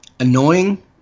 annoying